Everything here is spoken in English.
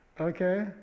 Okay